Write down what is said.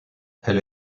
elle